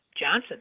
Johnson